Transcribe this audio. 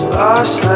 lost